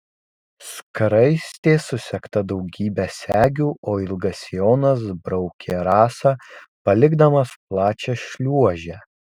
skraistė susegta daugybe segių o ilgas sijonas braukė rasą palikdamas plačią šliuožę